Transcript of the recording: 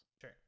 sure